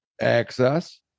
access